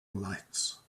lights